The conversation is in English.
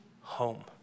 home